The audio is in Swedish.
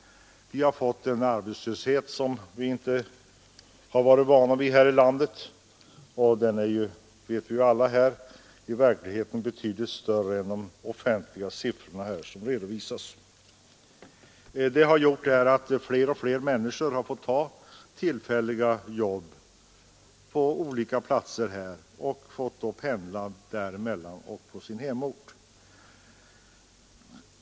Vi har fått en arbetslöshet som vi inte varit vana vid här i landet och den är, det vet vi alla, i verkligheten betydligt större än de officiella siffrorna redovisar. Det har gjort att fler och fler har fått ta tillfälliga jobb på olika platser och fått pendla mellan dessa platser och sin hemort.